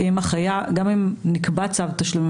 כי גם אם נקבע צו תשלומים,